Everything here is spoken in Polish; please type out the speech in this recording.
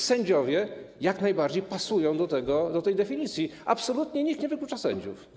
Sędziowie jak najbardziej pasują do tej definicji, absolutnie nikt nie wyklucza sędziów.